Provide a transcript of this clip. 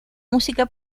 música